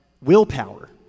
willpower